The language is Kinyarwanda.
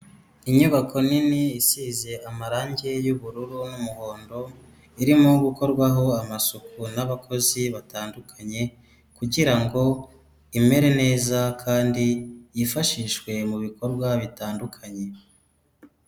Inyubako nini isize amarangi y'ubururu n'umuhondo, irimo gukorwaho amasuku n'abakozi batandukanye, kugira ngo imere neza kandi yifashishwe mu bikorwa bitandukanye.